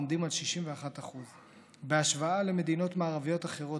העומדים על 61%. בהשוואה למדינות מערביות אחרות,